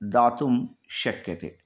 दातुं शक्यते